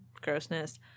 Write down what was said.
grossness